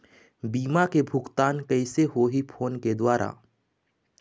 बीमा के भुगतान कइसे होही फ़ोन के द्वारा?